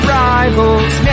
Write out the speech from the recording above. rivals